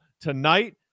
tonight